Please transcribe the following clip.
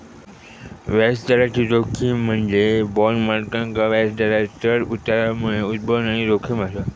व्याजदराची जोखीम म्हणजे बॉण्ड मालकांका व्याजदरांत चढ उतारामुळे उद्भवणारी जोखीम असा